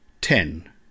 ten